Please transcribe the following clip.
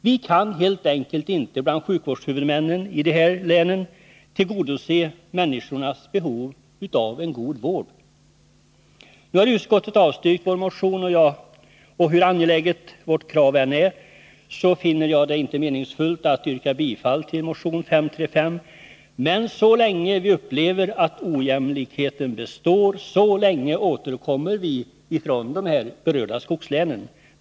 Vi kan helt enkelt inte bland sjukvårdshuvudmännen i de här länen tillgodose människornas behov av en god vård. Nu har utskottet avstyrkt vår motion, och hur angeläget vårt krav än är finner jag det inte meningsfullt att yrka bifall till motion 535, men så länge vi upplever att ojämlikheten består, så länge återkommer vi från de berörda skogslänen.